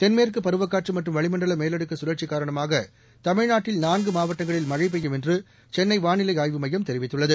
தென்மேற்கு பருவகாற்று மற்றும் வளிமண்டல மேலடுக்கு கழற்சி காரணமாக தமிழ்நாட்டில் நான்கு மாவட்டங்களில் மழை பெய்யும் என்று சென்னை வானிலை ஆய்வு மையம் தெரிவித்துள்ளது